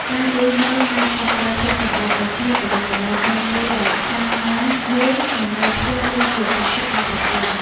ការជួយមើលការខុសត្រូវផ្ទះសម្បែងឱ្យគ្នាទៅវិញទៅមកនៅពេលដែលខាងណាមួយមិននៅផ្ទះគឺជាទឹកចិត្តដ៏ប្រពៃ។